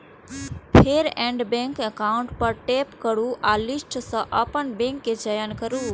फेर add bank account पर tap करू आ लिस्ट सं अपन बैंक के चयन करू